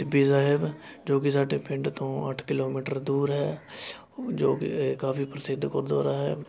ਟਿੱਬੀ ਸਾਹਿਬ ਜੋ ਕਿ ਸਾਡੇ ਪਿੰਡ ਤੋਂ ਅੱਠ ਕਿਲੋਮੀਟਰ ਦੂਰ ਹੈ ਜੋ ਕਿ ਕਾਫੀ ਪ੍ਰਸਿੱਧ ਗੁਰਦੁਆਰਾ ਹੈ